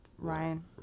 Ryan